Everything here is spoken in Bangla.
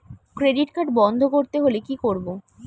ক্রেডিট কার্ড বন্ধ করতে হলে কি করব?